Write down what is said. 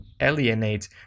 alienate